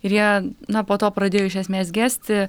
ir jie na po to pradėjo iš esmės gesti